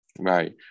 Right